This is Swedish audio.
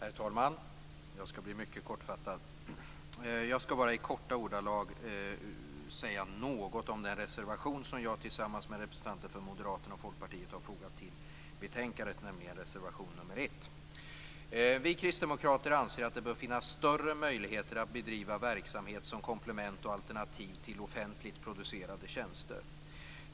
Herr talman! Jag skall bli mycket kortfattad. Jag skall bara i korta ordalag säga något om den reservation som jag tillsammans med representanter för Moderaterna och Folkpartiet har fogat till betänkandet, nämligen reservation nr 1. Vi kristdemokrater anser att det bör finnas större möjligheter att bedriva verksamhet som alternativ och komplement till offentligt producerade tjänster.